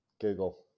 Google